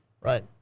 Right